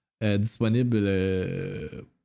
disponible